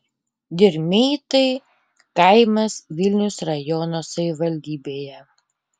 dirmeitai kaimas vilniaus rajono savivaldybėje